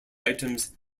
items